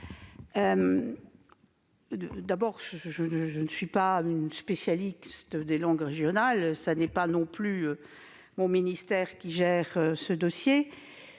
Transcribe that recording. ministre. Je ne suis pas une spécialiste des langues régionales, et ce n'est pas mon ministère qui gère ce dossier.